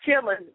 chilling